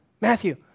Matthew